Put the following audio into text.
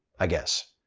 i guess.